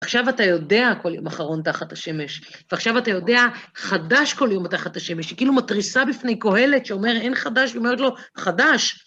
עכשיו אתה יודע כל יום אחרון תחת השמש, ועכשיו אתה יודע חדש כל יום תחת השמש, היא כאילו מתריסה בפני קהלת שאומר אין חדש, והיא אומרת לו, חדש!